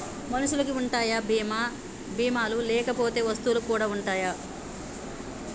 మనుషులకి ఉంటాయా బీమా లు లేకపోతే వస్తువులకు కూడా ఉంటయా?